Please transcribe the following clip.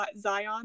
zion